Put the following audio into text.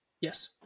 Yes